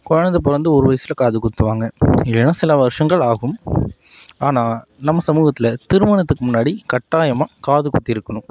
குழந்தை பிறந்து ஒரு வயசில் காது குத்துவாங்க இல்லைன்னா சில வருஷங்கள் ஆகும் ஆனால் நம்ம சமூகத்தில் திருமணத்துக்கு முன்னாடி கட்டாயமாக காது குத்தி இருக்கணும்